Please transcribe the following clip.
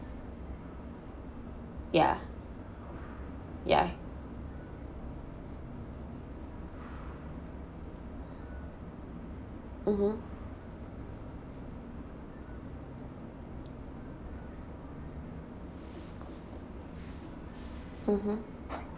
ya ya mmhmm mmhmm